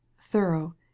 thorough